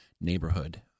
neighborhood